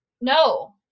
no